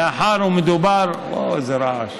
מאחר שמדובר, איזה רעש.